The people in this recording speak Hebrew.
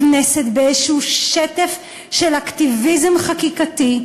הכנסת, באיזשהו שטף של אקטיביזם חקיקתי,